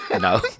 No